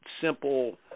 simple